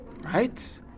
right